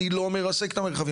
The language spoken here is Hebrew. אני לא אומר לרסק את המרחבים,